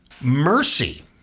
mercy